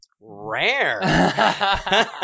Rare